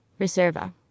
Reserva